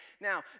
Now